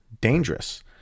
dangerous